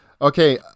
Okay